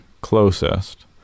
closest